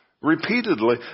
repeatedly